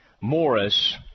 Morris